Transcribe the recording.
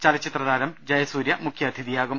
ചലച്ചിത്രതാരം ജയസൂര്യ മുഖ്യാതിഥിയാകും